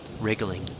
wriggling